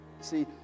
See